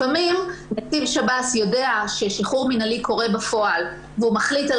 לפעמים איש שב"ס יודע ששחרור מינהלי קורה בפועל והוא מחליט על